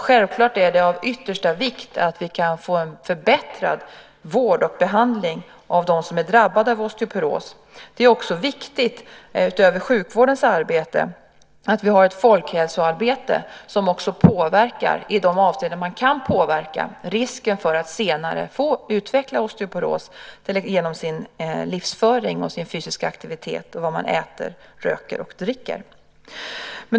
Självklart är det av yttersta vikt att vi kan få en förbättrad vård och behandling av dem som är drabbade av osteoporos. Det är också viktigt, utöver sjukvårdens arbete, att vi har ett folkhälsoarbete som påverkar i de avseenden man kan påverka risken för att senare utveckla osteoporos genom sin livsföring, sin fysiska aktivitet och vad man äter, röker och dricker.